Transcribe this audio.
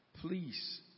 Please